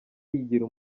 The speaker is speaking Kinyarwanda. yigira